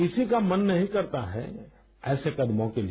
किसी का मन नहीं करता है ऐसे कदमों के लिए